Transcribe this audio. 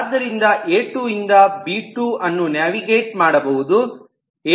ಆದ್ದರಿಂದ ಎ2 ಯಿಂದ ಬಿ2 ಅನ್ನು ನ್ಯಾವಿಗೇಟ್ ಮಾಡಬಹುದು